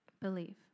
believe